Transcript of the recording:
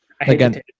Again